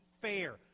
fair